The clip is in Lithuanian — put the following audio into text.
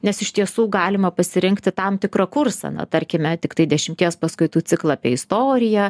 nes iš tiesų galima pasirinkti tam tikrą kursą na tarkime tiktai dešimties paskaitų ciklą apie istoriją